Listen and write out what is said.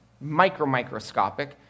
micro-microscopic